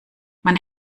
man